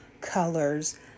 colors